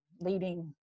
leading